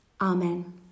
amen